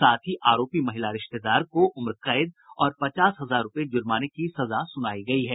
साथ ही आरोपी महिला रिश्तेदार को उम्रकैद और पचास हजार रूपये जुर्माने की सजा सुनाई गयी है